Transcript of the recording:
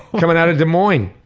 coming out of des moines.